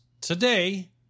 today